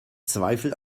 zweifel